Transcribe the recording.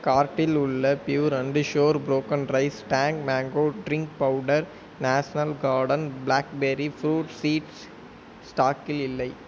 கார்ட்டில் உள்ள Pure and Sure broken rice Tang mango drink powder national garden blackberry fruit seeds ஸ்டாக்கில் இல்லை